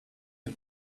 can